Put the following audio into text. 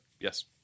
Yes